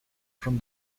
from